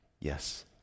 Yes